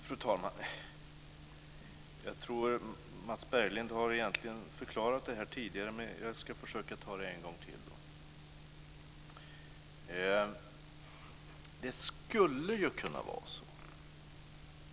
Fru talman! Jag tror att Mats Berglind har förklarat det här tidigare, men jag ska försöka göra det en gång till.